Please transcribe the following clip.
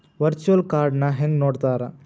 Virtual ಕಾರ್ಡ್ನ ಹೆಂಗ್ ನೋಡ್ತಾರಾ?